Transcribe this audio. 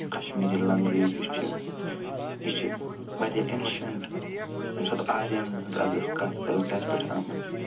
Kashmiri language یُس چھِ یہِ چھِ وارِیاہ اٮ۪نٛشنٛٹ ییٚمہِ ساتہٕ آرِیننزَن اگر أسۍ کَتھ کَرو تَتہِ پٮ۪ٹھ آمٕژ